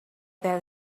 that